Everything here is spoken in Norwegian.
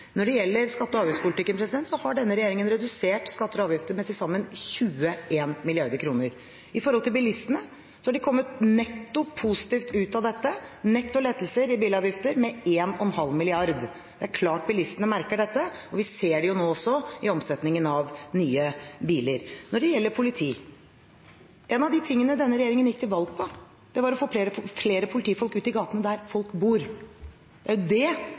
til sammen 21 mrd. kr. Når det gjelder bilistene, har de netto kommet positivt ut av dette – med netto lettelser i bilavgifter på 1,5 mrd. kr. Det er klart at bilistene merker dette. Vi ser det nå også i omsetningen av nye biler. Når det gjelder politi: En av de tingene denne regjeringen gikk til valg på, var å få flere politifolk ut i gatene der folk bor. Det er det